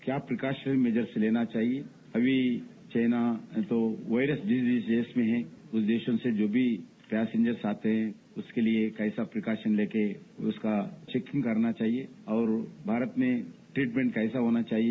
क्या precaution measures लेना चाहिए अभी चाइना को वायरस डिसीज में विदेशों से जो भी पैसेंजर्स आते उसके लिए कैसा प्रीकॉशन लेकर उसका चौकिंग करना चाहिए और भारत में ट्रीटमेंट कैसा होना चाहिए